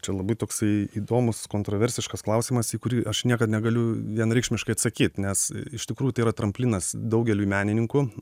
čia labai toksai įdomus kontraversiškas klausimas į kurį aš niekad negaliu vienareikšmiškai atsakyt nes iš tikrųjų tai yra tramplinas daugeliui menininkų